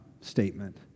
statement